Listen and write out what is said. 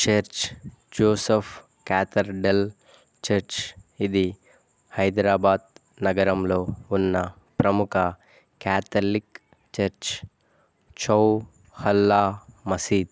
church Joseph cathedral church ఇది హైదరాబాద్ నగరంలో ఉన్న ప్రముఖ క్యాథలిక్ చర్చ్ చౌ హల్లా మసీద్